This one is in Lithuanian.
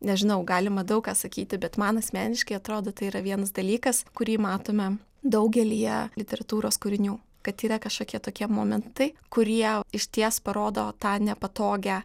nežinau galima daug ką sakyti bet man asmeniškai atrodo tai yra vienas dalykas kurį matome daugelyje literatūros kūrinių kad yra kažkokie tokie momentai kurie išties parodo tą nepatogią